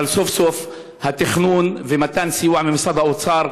אבל סוף-סוף התכנון ומתן סיוע ממשרד האוצר,